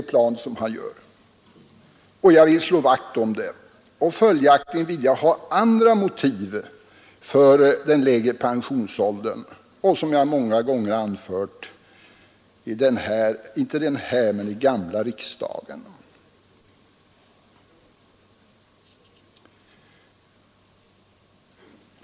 Jag vill slå vakt om den princip jag här har talat om, och följaktligen vill jag ha andra motiv för den lägre pensionsåldern, som jag många gånger anfört i den gamla riksdagen.